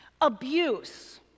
abuse